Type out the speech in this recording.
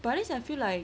but then I feel like